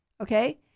Okay